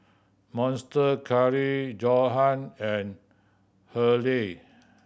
Monster Curry Johan and Hurley